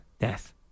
death